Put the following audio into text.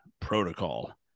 Protocol